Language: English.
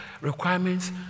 requirements